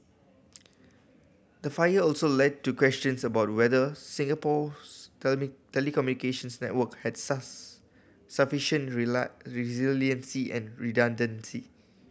the fire also led to questions about whether Singapore's telecommunications network had sufficient rely resiliency and redundancy